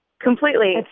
Completely